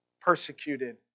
persecuted